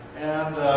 and